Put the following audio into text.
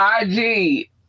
IG